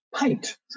paint